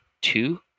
two